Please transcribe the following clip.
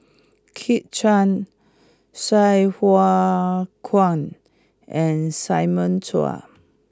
Kit Chan Sai Hua Kuan and Simon Chua